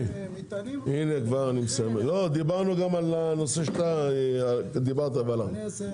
לא, גם דיברנו על הנושא שאתה דיברת עליו והלכת.